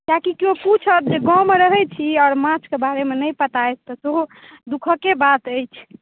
किए कि केओ पूछत जे गाँवमे रहै छी आओर माछके बारेमे नहि पता अछि तऽ सेहो दुःखक बात अछि